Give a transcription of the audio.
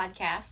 Podcast